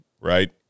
right